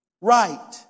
right